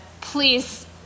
please